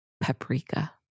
paprika